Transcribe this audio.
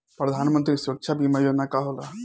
प्रधानमंत्री सुरक्षा बीमा योजना का होला?